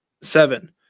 seven